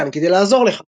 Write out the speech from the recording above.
אני כאן כדי לעזור לך.